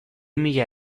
mila